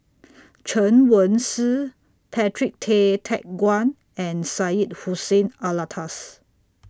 Chen Wen Hsi Patrick Tay Teck Guan and Syed Hussein Alatas